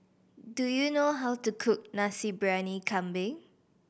do you know how to cook Nasi Briyani Kambing